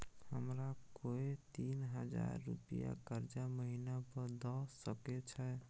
हमरा कोय तीन हजार रुपिया कर्जा महिना पर द सके छै?